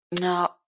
No